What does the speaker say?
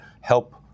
help